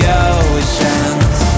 oceans